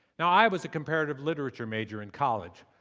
now i was a comparative literature major in college,